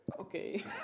okay